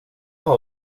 har